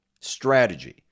strategy